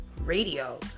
radio